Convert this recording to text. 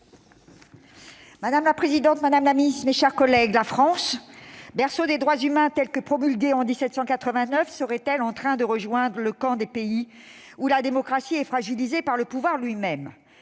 Madame la présidente, madame la ministre, mes chers collègues, « La France- berceau des droits humains tels que promulgués en 1789 -serait-elle en train de rejoindre le camp des pays où la démocratie est fragilisée par le pouvoir lui-même ?